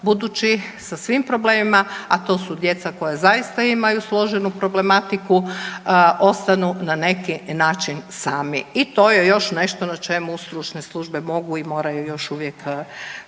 budući sa svim problemima, a to su djeca koja zaista imaju složenu problematiku ostanu na neki način sami. I to je još nešto na čemu stručne službe mogu i moraju još uvijek